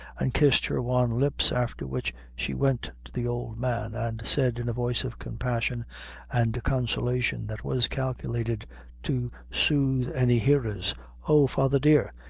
and kissed her wan lips, after which she went to the old man, and said in a voice of compassion and consolation that was calculated to soothe any hearers oh, father, dear,